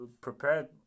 prepared